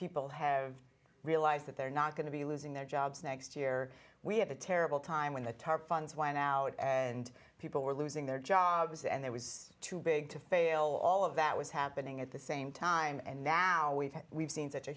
people have realized that they're not going to be losing their jobs next year we have a terrible time when the tarp funds went out and people were losing their jobs and there was too big to fail all of that was happening at the same time and now we've had we've seen such a